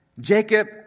Jacob